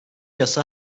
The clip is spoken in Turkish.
yasa